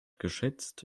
geschätzt